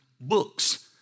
books